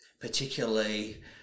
particularly